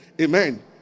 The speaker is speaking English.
Amen